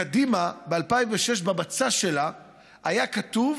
קדימה, במצע שלה ב-2006 היה כתוב: